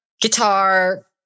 guitar